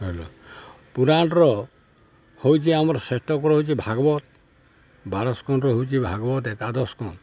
ହେଲା ପୁରାଣ୍ର ହଉଛେ ଆମର୍ ଶ୍ରେଷ୍ଠକର ହଉଚି ଭାଗ୍ବତ୍ ବାରଶ କର ହଉଛେ ଭାଗ୍ବତ୍ ଏକାଦଶ ସ୍କନ୍ଦ